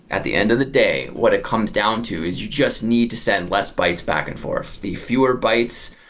at the end of the day, what it comes down to is you just need to send less bytes back and forth. the fewer bytes,